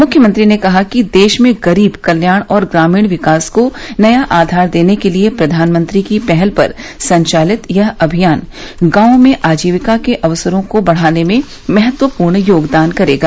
मुख्यमंत्री ने कहा कि देश में गरीब कल्याण और ग्रामीण विकास को नया आधार देने के लिये प्रधानमंत्री की पहल पर संचालित यह अभियान गांवों में आजीविका के अवसरों को बढ़ाने में महत्वपूर्ण योगदान करेगा